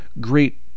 great